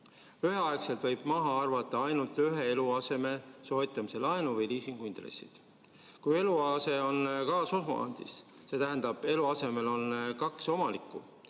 Üheaegselt võib maha arvata ainult ühe eluaseme soetamise laenu või liisingu intressid. Kui eluase on kaasomandis (st eluasemel on kaks omanikku)